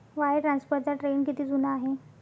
Wire ट्रान्सफरचा trend किती जुना आहे?